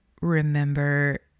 remember